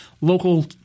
local